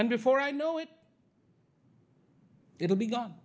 and before i know it it will be gone